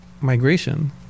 migration